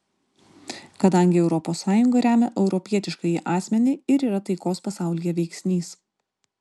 kadangi europos sąjunga remia europietiškąjį asmenį ir yra taikos pasaulyje veiksnys